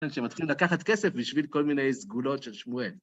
שמתחיל לקחת כסף בשביל כל מיני סגולות של שמואל.